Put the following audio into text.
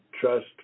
trust